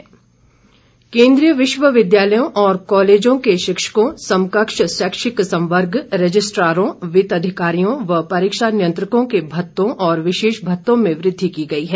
शिक्षक भत्ते केन्द्रीय विश्वविद्यालयों और कॉलेजों के शिक्षकों समकक्ष शैक्षिक संवर्ग रजिस्ट्रारों वित्त अधिकारियों परीक्षा नियंत्रकों के भत्तों और विशेष भत्तों में वृद्धि की गई है